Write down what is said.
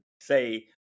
say